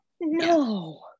no